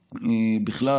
בכלל,